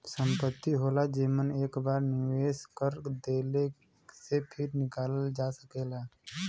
संपत्ति होला जेमन एक बार निवेस कर देले से फिर निकालल ना जा सकेला